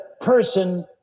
person